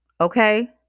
Okay